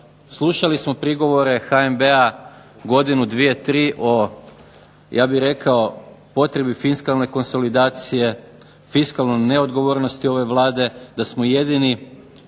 Slušali smo prigovore HNB-a godinu, dvije, tri o ja ih rekao potrebi fiskalne konsolidacije, fiskalne neodgovornosti ove Vlade, da smo jedini